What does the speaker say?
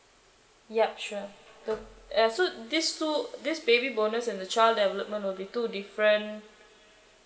ya sure uh so this two this baby bonus and the child development will be two different